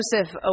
Joseph